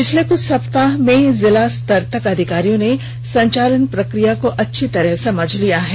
पिछले कुछ सप्ताह में जिला स्तर तक अधिकारियों ने संचालन प्रक्रिया को अच्छी तरह समझ लिया है